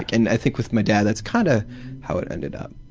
and i think with my dad that's kinda how it ended up.